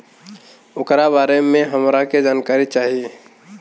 ओकरा बारे मे हमरा के जानकारी चाही?